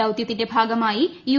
ദൌതൃത്തിന്റെ ഭാഗമായി യു